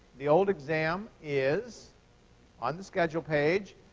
the old exam is on the schedule page,